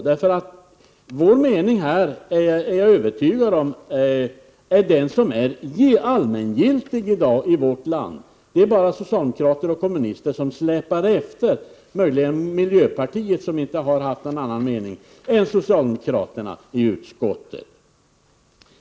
Vår mening här är — det är jag övertygad om — den som i dag är allmängiltig i vårt land. Det är bara socialdemokrater och kommunister som släpar efter, och möjligen miljöpartiet, som i utskottet inte haft någon annan mening än socialdemokraterna.